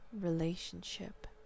relationship